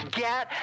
get